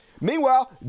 Meanwhile